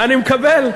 אני מקבל.